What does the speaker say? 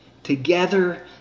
Together